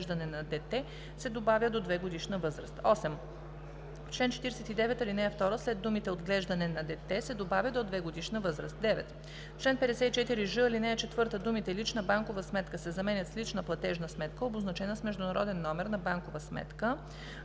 „отглеждане на дете“ се добавя „до 2-годишна възраст“.